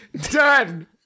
Done